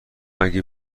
اگه